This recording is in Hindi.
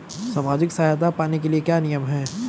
सामाजिक सहायता पाने के लिए क्या नियम हैं?